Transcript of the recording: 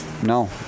No